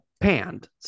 Panned